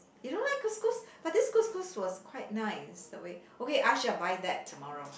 you don't like couscous but this couscous was quite nice but wait okay I shall buy that tomorrow